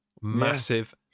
Massive